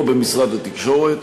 לא במשרד התקשורת.